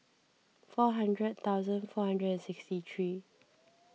four hundred thousand four hundred and sixty three